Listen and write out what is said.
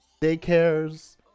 daycares